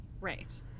right